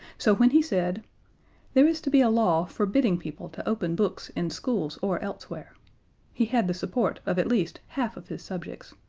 so when he said there is to be a law forbidding people to open books in schools or elsewhere he had the support of at least half of his subjects,